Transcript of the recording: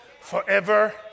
forever